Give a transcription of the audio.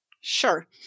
Sure